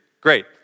Great